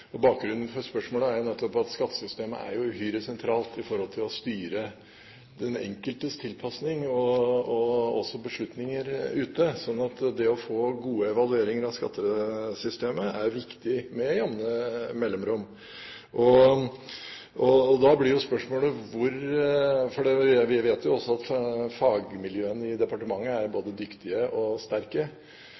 og velferd i tillegg til det vi nå har sett i de rapportene, hvor fordelingsvirkninger er helt sentrale. Bakgrunnen for spørsmålet er nettopp at skattesystemet er uhyre sentralt når det gjelder å styre den enkeltes tilpasning og også beslutninger ute. Så det å få gode evalueringer av skattesystemet med jamne mellomrom er viktig. Vi vet at fagmiljøene i departementet er både dyktige og sterke.